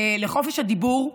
לחופש הדיבור,